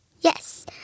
Yes